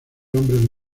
hombres